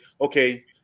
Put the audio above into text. okay